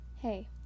Hey